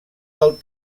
del